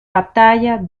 batalla